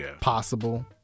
possible